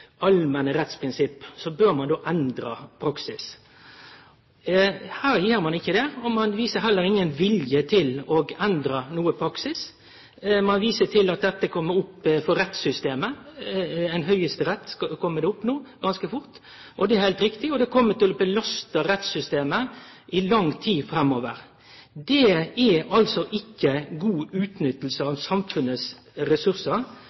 allmenne rettsprinsipp, bør ein endre praksis. Her gjer ein ikkje det, og ein viser heller ingen vilje til å endre praksis. Ein viser til at dette kjem opp for rettssystemet – det kjem opp for Høgsterett ganske fort. Det er heilt riktig. Det kjem til å belaste rettssystemet i lang tid framover. Det er ikkje god utnytting av samfunnets ressursar.